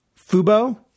Fubo